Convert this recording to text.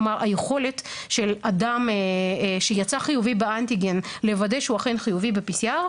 כלומר היכולת של אדם שיצא חיובי באנטיגן לוודא שהוא אכן חיובי ב-PCR,